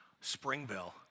Springville